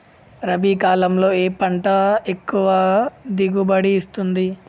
రబీ కాలంలో ఏ పంట ఎక్కువ దిగుబడి ఇస్తుంది?